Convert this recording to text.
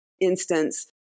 instance